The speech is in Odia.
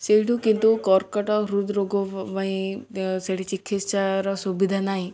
ସେଇଠୁ କିନ୍ତୁ କର୍କଟ୍ ହୃଦ୍ ରୋଗ ପାଇଁ ସେଠି ଚିକିତ୍ସାର ସୁବିଧା ନାହିଁ